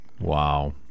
Wow